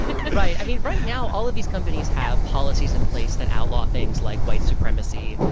i mean, right now all of these companies have policies in place that outlaw things like white supremacy.